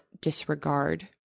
disregard